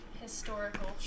historical